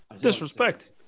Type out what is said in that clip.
disrespect